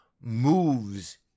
moves